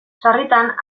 sarritan